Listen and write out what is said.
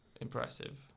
impressive